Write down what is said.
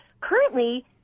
currently